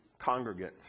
congregants